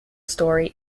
story